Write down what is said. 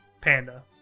Panda